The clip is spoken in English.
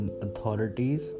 authorities